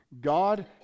God